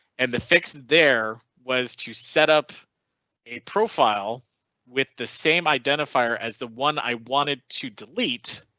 and the fix there was to set up a profile with the same identifier as the one i wanted to delete.